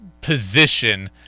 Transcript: position